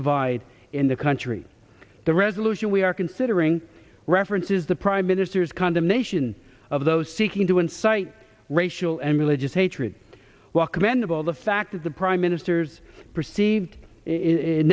divide in the country the resolution we are considering references the prime minister's condemnation of those seeking to incite racial and religious hatred while commendable the fact that the prime minister's perceived i